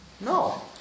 No